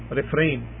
refrain